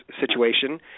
situation